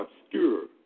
obscure